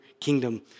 kingdom